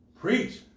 Preach